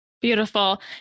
Beautiful